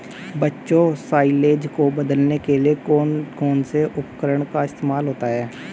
बच्चों साइलेज को बदलने के लिए कौन से उपकरण का इस्तेमाल होता है?